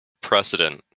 precedent